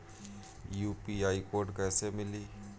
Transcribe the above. UPI code कैसे मिली?